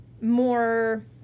more